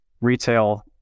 Retail